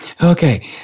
okay